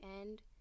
end